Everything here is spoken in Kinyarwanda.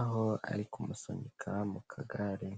aho ari kumusunika mu kagare.